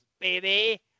baby